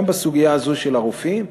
גם בסוגיה הזו של הרופאים,